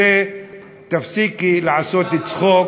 תפסיקי לעשות צחוק,